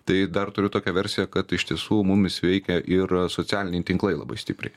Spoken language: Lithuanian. tai dar turiu tokią versiją kad iš tiesų mumis veikia ir socialiniai tinklai labai stipriai